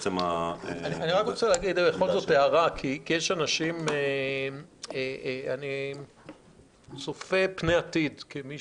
אני רוצה להגיד הערה כי אני צופה פני עתיד כמי